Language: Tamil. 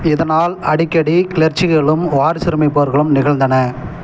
இதனால் அடிக்கடி கிளர்ச்சிகளும் வாரிசுரிமைப் போர்களும் நிகழ்ந்தன